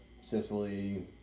Sicily